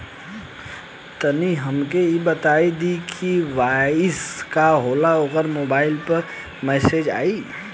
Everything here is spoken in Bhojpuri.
तनि हमके इ बता दीं की के.वाइ.सी का होला हमरे मोबाइल पर मैसेज आई?